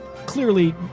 clearly